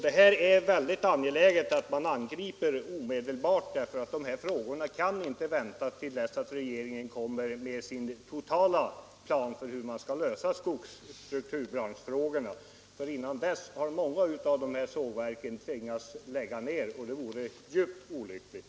Det är angeläget att man omedelbart angriper detta problem. Det kan inte vänta tills regeringen framlägger sin totala plan för hur man skall lösa strukturbranschfrågorna. Innan dess har många av sågverken tvingats lägga ned, och det vore djupt olyckligt.